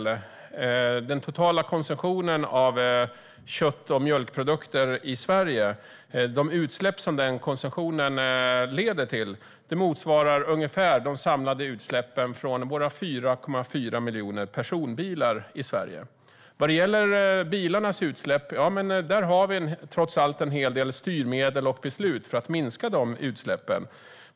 De utsläpp som den totala konsumtionen av kött och mjölkprodukter i Sverige leder till motsvarar ungefär de samlade utsläppen från våra 4,4 miljoner personbilar i Sverige. Vad gäller bilarnas utsläpp finns en hel del styrmedel och beslut för att minska de utsläppen.